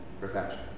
Perfection